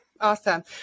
Awesome